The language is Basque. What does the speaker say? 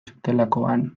zutelakoan